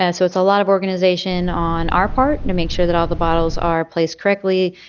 and so it's a lot of organization on our part to make sure that all the bottles are placed correctly.